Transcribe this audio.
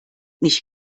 nicht